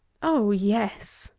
oh, yes!